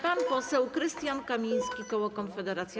Pan poseł Krystian Kamiński, koło Konfederacja.